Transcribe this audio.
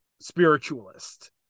spiritualist